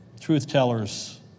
truth-tellers